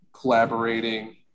collaborating